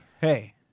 hey